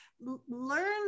Learn